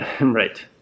Right